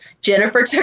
Jennifer